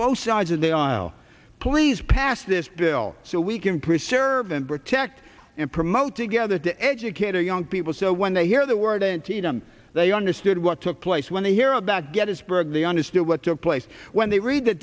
both sides of the aisle please pass this well so we can preserve and protect and promote together to educate our young people so when they hear the word antietam they understood what took place when they hear about get is broke they understood what took place when they read the